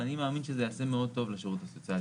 ואני מאמין שזה יעשה מאוד טוב לשירות הסוציאלי.